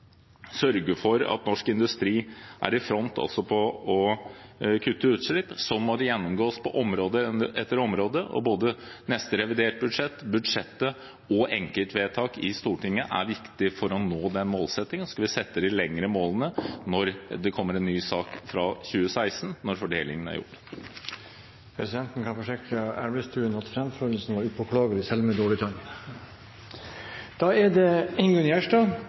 sørge for at norsk industri er i front også på å kutte utslipp. Det må gjennomgås på område etter område, og både neste reviderte budsjett, budsjettet og enkeltvedtak i Stortinget er viktig for å nå den målsettingen. Så skal vi sette de lengre målene når det kommer en ny sak fra 2016, når fordelingen er gjort. Presidenten kan forsikre Elvestuen om at fremførelsen var upåklagelig, selv med en dårlig tann.